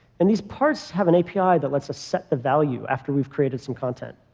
and these parts have an api that lets us set the value after we've created some content.